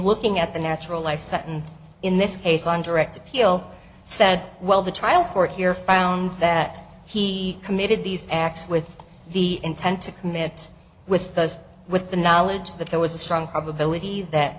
looking at the natural life sentence in this case on direct appeal said well the trial court here found that he committed these acts with the intent to commit with first with the knowledge that there was a strong probability that